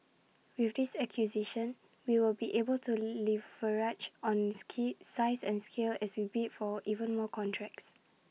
with this acquisition we will be able to leverage on ski size and scale as we bid for even more contracts